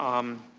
um,